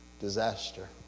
disaster